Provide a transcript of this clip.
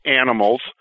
animals